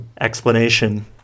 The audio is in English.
explanation